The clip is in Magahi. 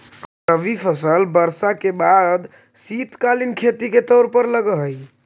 रबी फसल वर्षा के बाद शीतकालीन खेती के तौर पर लगऽ हइ